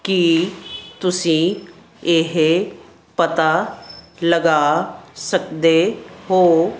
ਕੀ ਤੁਸੀਂਂ ਇਹ ਪਤਾ ਲਗਾ ਸਕਦੇ ਹੋ